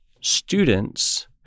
students